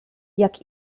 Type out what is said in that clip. jak